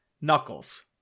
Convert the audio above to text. Knuckles